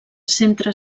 centre